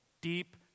Deep